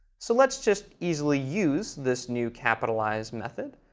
so let's just easily use this new capitalize method.